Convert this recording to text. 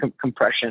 compression